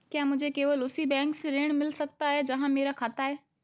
क्या मुझे केवल उसी बैंक से ऋण मिल सकता है जहां मेरा खाता है?